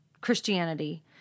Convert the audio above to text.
Christianity